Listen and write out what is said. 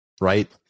right